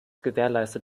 gewährleistet